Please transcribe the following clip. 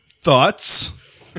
Thoughts